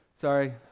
Sorry